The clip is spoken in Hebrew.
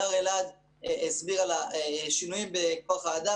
הדר אלעד הסביר על השינויים בכוח האדם,